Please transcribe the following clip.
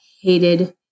hated